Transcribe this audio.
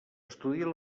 estudia